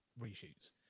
reshoots